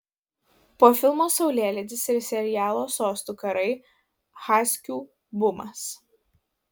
po filmo saulėlydis ir serialo sostų karai haskių bumas